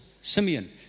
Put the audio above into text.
Simeon